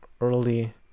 early